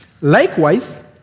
likewise